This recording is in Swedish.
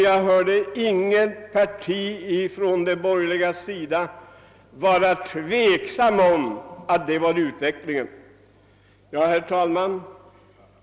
Jag hörde inte att något av de borgerliga partierna var tveksamt om att detta var den utveckling vi borde följa. Herr talman!